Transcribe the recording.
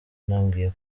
yanambwiye